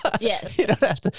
Yes